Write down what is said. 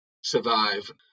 survive